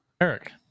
Eric